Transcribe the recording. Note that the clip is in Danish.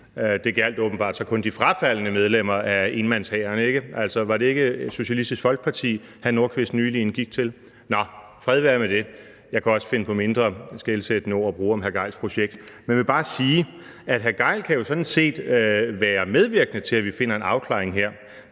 Det gjaldt åbenbart så kun de frafaldne medlemmer af enmandshæren, ikke? Var det ikke Socialistisk Folkeparti, hr. Rasmus Nordqvist for nylig indgik til? Nå, fred være med det. Jeg kan også finde på mindre skelsættende ord at bruge om hr. Torsten Gejls projekt. Jeg vil bare sige, at hr. Torsten Gejl sådan set kan være medvirkende til, at vi får en afklaring her,